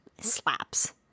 slaps